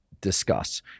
discuss